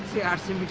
yarcha